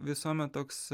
visuomet toks